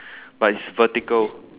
but it's vertical